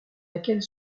laquelle